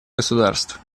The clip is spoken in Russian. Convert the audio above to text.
государств